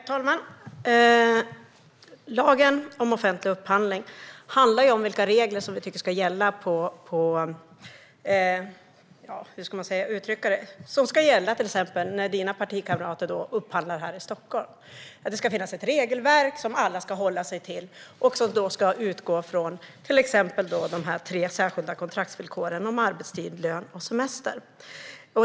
Herr talman! Lagen om offentlig upphandling handlar om vilka regler vi tycker ska gälla till exempel när Ann-Charlotte Hammar Johnssons partikamrater upphandlar här i Stockholm. Det ska finnas ett regelverk som alla ska hålla sig till och som ska utgå från till exempel de tre särskilda kontraktsvillkoren om arbetstid, lön och semester.